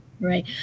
Right